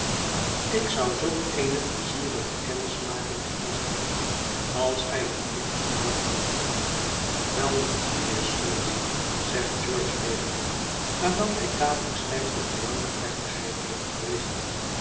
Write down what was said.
ik zou zulk eene pleizierige kennismaking gemist hebben als gij het niet gedaan hadt welnu mijnheer smallweed zegt george wederom nadat hij tamelijk stijf de verlangde plechtigheid heeft verricht